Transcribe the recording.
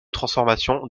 transformation